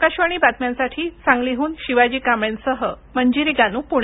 आकाशवाणी बातम्यांसाठी सांगलीहून शिवाजी कांबळेसह मंजिरी गानू पूणे